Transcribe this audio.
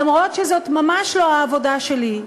אף שזאת ממש לא העבודה שלי,